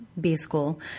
B-School